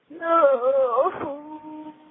No